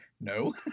No